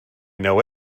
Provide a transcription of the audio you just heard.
know